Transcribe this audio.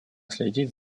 следить